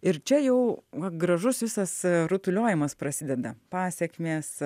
ir čia jau va gražus visas rutuliojimas prasideda pasekmės